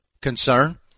concern